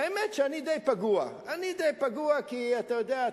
והאמת, שאני די פגוע, אני די פגוע, כי אתה יודע?